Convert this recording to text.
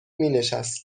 مینشست